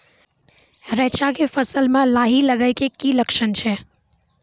रैचा के फसल मे लाही लगे के की लक्छण छै?